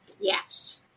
Yes